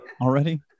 Already